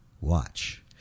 watch